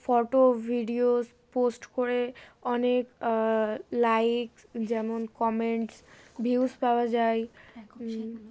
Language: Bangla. ফটো ভিডিওস পোস্ট করে অনেক লাইকস যেমন কমেন্টস ভিউস পাওয়া যায়